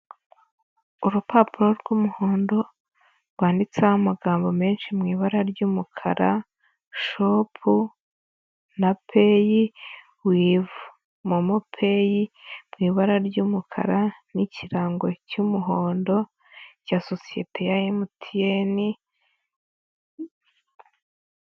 Urupapuro rw'umuhondo, rwanditseho amagambo menshi mu ibara ry'umukara, shopu, na peyi wivu momopeyoi, mu ibara ry'umukara n'ikirango cy'umuhondo cya sociyete ya MTN.